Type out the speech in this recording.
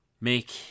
make